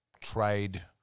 trade